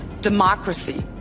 democracy